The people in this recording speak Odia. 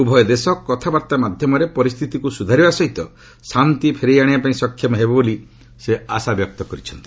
ଉଭୟ ଦେଶ କଥାବାର୍ତ୍ତା ମାଧ୍ୟମରେ ପରିସ୍ଥିତିକୁ ସ୍ତଧାରିବା ସହିତ ଶାନ୍ତି ଫେରାଇ ଆଣିବା ପାଇଁ ସକ୍ଷମ ହେବେ ବୋଲି ସେ ଆଶାବ୍ୟକ୍ତ କରିଛନ୍ତି